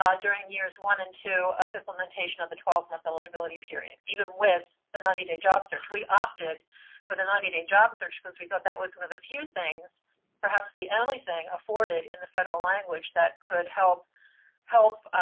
ah during years one and two of implementation of the twelve month eligibility period, even with the ninety day job search. we opted for the ninety day job search because we thought that was one of the few things perhaps the only thing afforded in the federal language that could help help